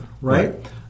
Right